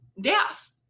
death